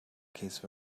case